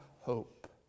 hope